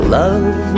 love